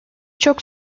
çok